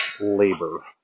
labor